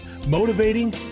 motivating